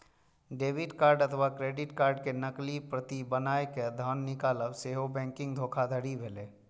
debit card अथवा credit card के नकली प्रति बनाय कें धन निकालब सेहो बैंकिंग धोखाधड़ी भेलै